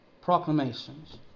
proclamations